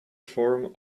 form